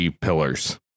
Pillars